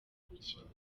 gukinana